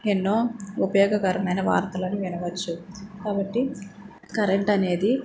ఎన్నో ఉపయోగకరమైన వార్తలను వినవచ్చు కాబట్టి కరెంట్ అనేది